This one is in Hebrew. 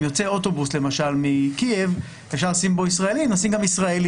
אם יוצא למשל אוטובוס מקייב ואפשר לשים בו ישראלים אז נשים גם ישראלים,